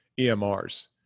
EMRs